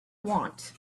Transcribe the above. want